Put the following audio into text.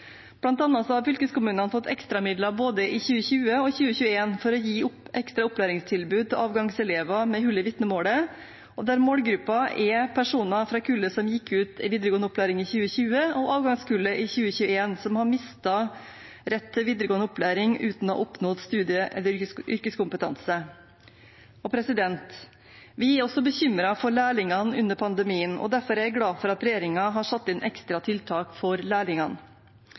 har fylkeskommunene fått ekstramidler både i 2020 og 2021 for å gi ekstra opplæringstilbud til avgangselever med hull i vitnemålet, der målgruppen er personer fra kullet som gikk ut av videregående opplæring i 2020, og avgangskullet i 2021, som har mistet rett til videregående opplæring uten å ha oppnådd studie- eller yrkeskompetanse. Vi er også bekymret for lærlingene under pandemien. Derfor er jeg glad for at regjeringen har satt inn ekstra tiltak for lærlingene.